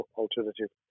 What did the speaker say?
alternative